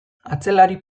atzelari